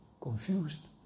confused